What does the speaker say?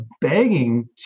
begging